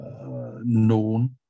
known